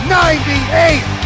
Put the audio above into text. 98